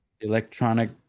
Electronic